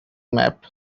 map